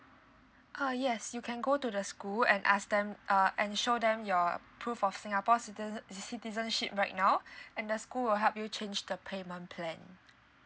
uh yes you can go to the school and ask them uh and show them your proof of singapore citize~ citizenship right now and the school will help you change the payment plan